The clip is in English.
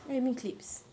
what you mean clips